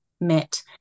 met